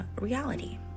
reality